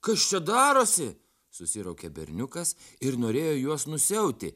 kas čia darosi susiraukė berniukas ir norėjo juos nusiauti